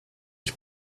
ich